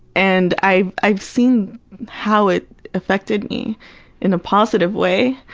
and i've i've seen how it affected me in a positive way,